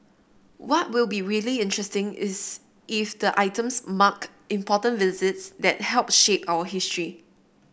what will be really interesting is if the items marked important visits that helped shape our history